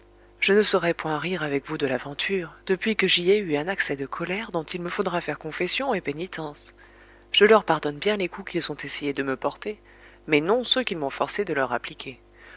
je ne saurais point rire avec vous de l'aventure depuis que j'y ai eu un accès de colère dont il me faudra faire confession et pénitence je leur pardonne bien les coups qu'ils ont essayé de me porter mais non ceux qu'ils m'ont forcé de leur appliquer